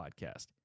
podcast